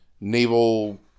naval